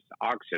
oxygen